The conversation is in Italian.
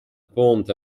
ponte